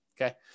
Okay